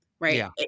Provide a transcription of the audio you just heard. Right